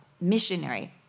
missionary